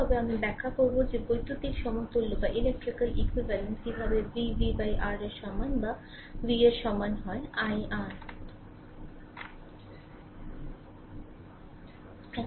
তবে আমি ব্যাখ্যা করবো যে বৈদ্যুতিক সমতুল্য কীভাবে v v R এর সমান বা v এর সমান হয় IR